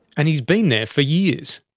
and he's been there for years.